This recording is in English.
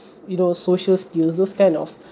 you know social skills those kind of